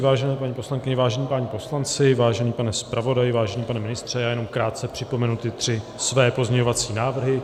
Vážené paní poslankyně, vážení páni poslanci, vážený pane zpravodaji, vážený pane ministře, já jenom krátce připomenu ty tři své pozměňovací návrhy.